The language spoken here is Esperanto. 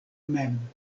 mem